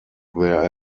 there